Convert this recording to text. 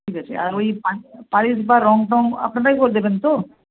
ঠিক আছে আর ওই পালিশ বা রং টং আপনারাই কর দেবেন তো